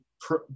pro